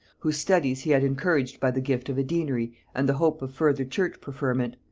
whose studies he had encouraged by the gift of a deanery and the hope of further church-preferment,